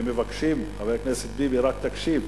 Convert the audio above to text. ומבקשים, חבר הכנסת ביבי, רק תקשיב,